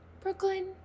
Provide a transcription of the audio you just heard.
Brooklyn